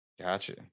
Gotcha